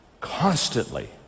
Constantly